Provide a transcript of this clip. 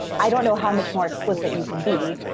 i don't know how much more explicit you can be.